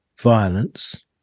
violence